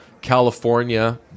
california